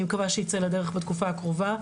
אני מקווה שייצא לדרך בתקופה הקרובה,